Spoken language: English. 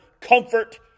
comfort